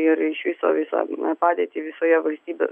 ir iš viso visą padėtį visoje valstybė